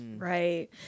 Right